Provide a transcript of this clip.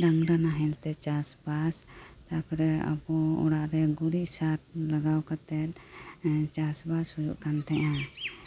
ᱰᱟᱝᱨᱟ ᱱᱟᱦᱮᱞᱛᱮ ᱪᱟᱥᱵᱟᱥ ᱛᱟᱨᱯᱚᱨ ᱟᱵᱚ ᱚᱲᱟᱜᱨᱮ ᱜᱩᱨᱤᱡ ᱥᱟᱨ ᱞᱟᱜᱟᱣ ᱠᱟᱛᱮᱜ ᱪᱟᱥᱵᱟᱥ ᱦᱩᱭᱩᱜ ᱠᱟᱱ ᱛᱟᱸᱦᱮᱱᱟ